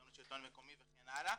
צוערים לשלטון המקומי וכן הלאה,